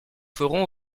ferons